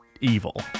evil